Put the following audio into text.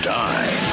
die